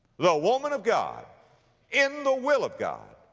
the woman of god in the will of god,